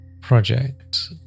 project